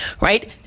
right